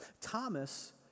Thomas